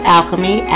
Alchemy